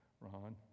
Ron